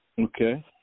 Okay